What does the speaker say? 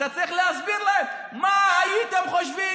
אתה צריך להסביר להם: מה הייתם חושבים